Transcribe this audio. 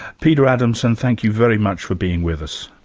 peter adamson, thank you very much for being with us.